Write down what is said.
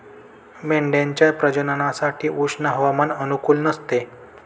मेंढ्यांच्या प्रजननासाठी उष्ण हवामान अनुकूल नसते